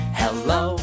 hello